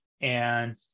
And-